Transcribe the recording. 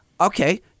okay